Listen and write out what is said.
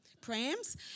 prams